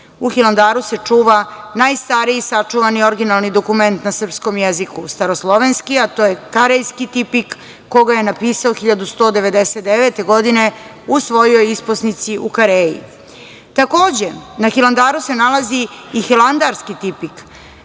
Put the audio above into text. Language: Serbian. U Hilandaru se čuva najstariji sačuvani originalni dokument na srpskom jeziku, staroslovenski, a to je Karejski tipik koga je napisao 1199. godine u svojoj isposnici u Kareji. Takođe, na Hilandaru se nalazi i Hilandarski tipik.